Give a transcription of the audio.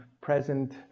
present